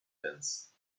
pence